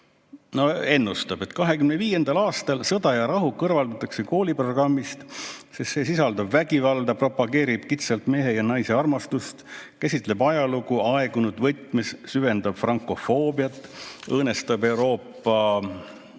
ennustab, et 2025. aastal "Sõda ja rahu" kõrvaldatakse kooliprogrammist, sest see sisaldab vägivalda, propageerib kitsalt mehe ja naise armastust, käsitleb ajalugu aegunud võtmes, süvendab frankofoobiat, õõnestab Euroopa